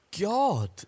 God